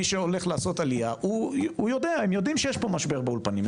מי שהולך לעשות עלייה יודע שיש כאן משבר באולפנים,